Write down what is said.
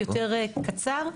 יותר קצר,